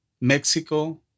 Mexico